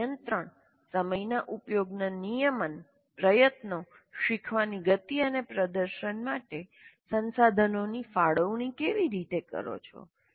તમે નિયંત્રણ સમયના ઉપયોગના નિયમન પ્રયત્નો શીખવાની ગતિ અને પ્રદર્શન માટે સંસાધનોની ફાળવણી કેવી રીતે કરો છો